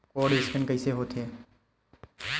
Code scan कइसे होथे?